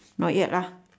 not yet lah